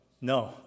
no